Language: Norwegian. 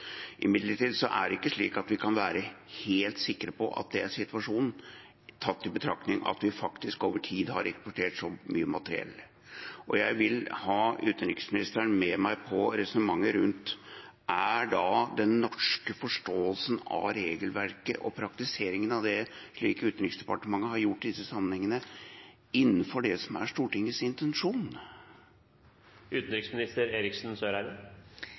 så sikker som hun kan. Imidlertid er det ikke slik at vi kan være helt sikre på at det er situasjonen, tatt i betraktning at vi faktisk over tid har eksportert så mye materiell. Jeg vil ha utenriksministeren med meg på et resonnement rundt følgende: Er den norske forståelsen av regelverket og praktiseringen av det slik Utenriksdepartementet har gjort det i disse sammenhengene, innenfor det